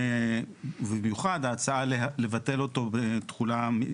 ובמיוחד ההצעה לבטל אותו בתחולה,